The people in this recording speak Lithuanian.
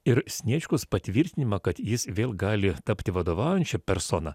ir sniečkus patvirtinimą kad jis vėl gali tapti vadovaujančia persona